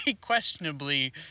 questionably